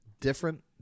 different